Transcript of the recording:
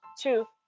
two